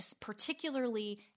particularly